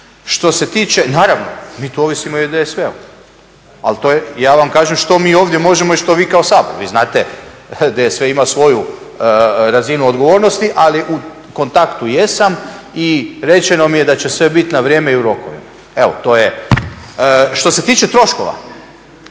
to sigurno. Naravno mi tu ovisimo i o DSV-u ali ja vam kažem što mi ovdje možemo i što vi kao Sabor. Vi znate DSV ima svoju razinu odgovornosti, ali u kontaktu jesam i rečeno mi je da će sve biti na vrijeme i u rokovima. Što se tiče troškova,